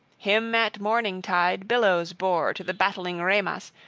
him at morning-tide billows bore to the battling reamas,